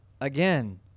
again